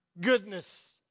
goodness